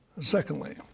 Secondly